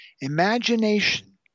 Imagination